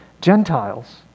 Gentiles